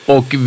Och